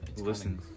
listen